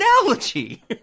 analogy